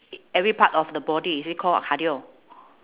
every part of the body is it called cardio